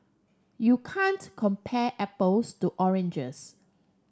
you can't compare apples to oranges